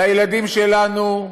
לילדים שלנו,